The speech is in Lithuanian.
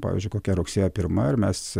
pavyzdžiui kokia rugsėjo pirma ir mes